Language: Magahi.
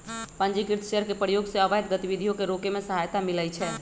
पंजीकृत शेयर के प्रयोग से अवैध गतिविधियों के रोके में सहायता मिलइ छै